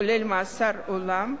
כולל מאסר עולם,